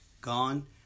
gone